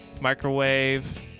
microwave